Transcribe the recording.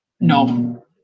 No